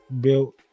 built